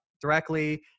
directly